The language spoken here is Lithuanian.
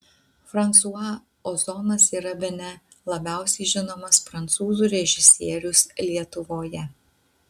fransua ozonas yra bene labiausiai žinomas prancūzų režisierius lietuvoje